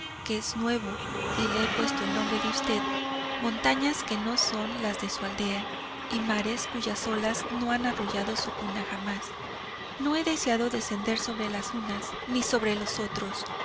que es nuevo y le he puesto el nombre de usted montañas que no son las de su aldea y mares cuyas olas no han arrullado su cuna jamás no he deseado descender sobre las unas ni sobre los otros